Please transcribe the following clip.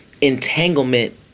entanglement